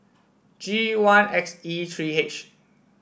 G one X E three H